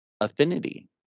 affinity